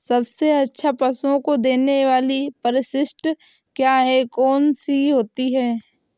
सबसे अच्छा पशुओं को देने वाली परिशिष्ट क्या है? कौन सी होती है?